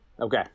Okay